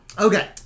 Okay